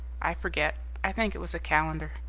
i forget i think it was a calendar.